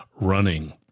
running